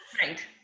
Right